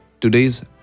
today's